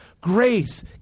Grace